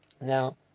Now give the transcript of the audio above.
Now